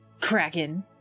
Kraken